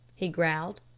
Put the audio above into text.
he growled.